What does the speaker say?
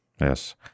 Yes